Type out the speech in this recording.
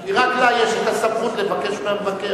כי רק לה יש הסמכות לבקש מהמבקר,